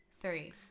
three